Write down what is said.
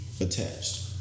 attached